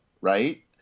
right